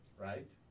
right